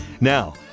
Now